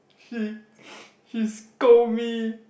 she she scold me